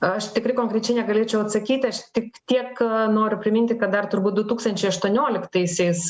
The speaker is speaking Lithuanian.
aš tikrai konkrečiai negalėčiau atsakyti aš tik tiek noriu priminti kad dar turbūt du tūkstančiai aštuonioliktaisiais